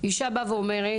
אישה באה ואומרת,